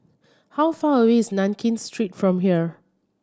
how far away is Nankin Street from here